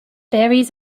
berries